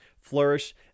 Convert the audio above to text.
flourish